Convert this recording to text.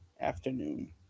afternoon